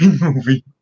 movie